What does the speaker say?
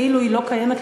כאילו היא לא קיימת,